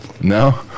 no